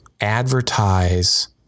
advertise